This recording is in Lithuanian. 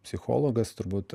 psichologas turbūt